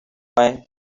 and